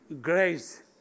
grace